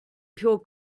pure